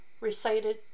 recited